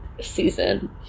season